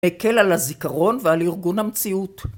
‫מקל על הזיכרון ועל ארגון המציאות.